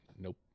Nope